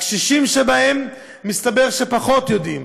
הקשישים שבהם, מסתבר שפחות יודעים.